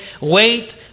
Wait